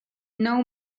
know